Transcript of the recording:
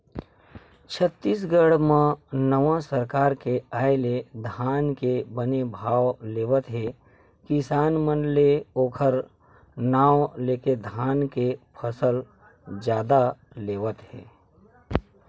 छत्तीसगढ़ म नवा सरकार के आय ले धान के बने भाव लेवत हे किसान मन ले ओखर नांव लेके धान के फसल जादा लेवत हे